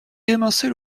émincer